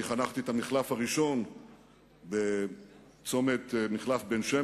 אני חנכתי את המחלף הראשון בצומת בן-שמן,